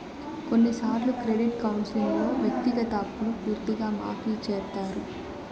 కొన్నిసార్లు క్రెడిట్ కౌన్సిలింగ్లో వ్యక్తిగత అప్పును పూర్తిగా మాఫీ చేత్తారు